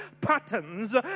patterns